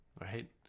right